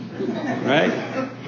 Right